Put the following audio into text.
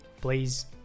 Please